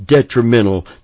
detrimental